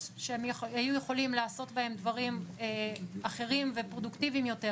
שהיו יכולים לעשות בהם דברים אחרים ופרודוקטיביים יותר,